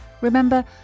Remember